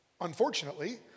Unfortunately